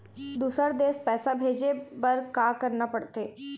दुसर देश पैसा भेजे बार का करना पड़ते?